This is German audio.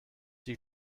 die